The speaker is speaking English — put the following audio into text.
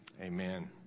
amen